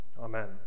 Amen